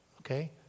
okay